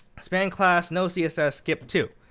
span class no css skip to.